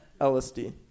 LSD